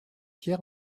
hier